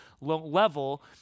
level